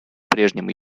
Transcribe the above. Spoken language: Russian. прежнему